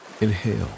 Inhale